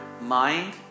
mind